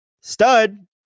stud